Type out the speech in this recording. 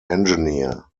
engineer